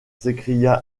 s’écria